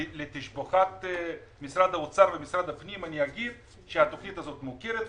לשבחם של משרד האוצר ומשרד הפנים אני אגיד שהתכנית הזאת מוכרת ויודעים.